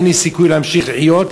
אין לי סיכוי להמשיך לחיות.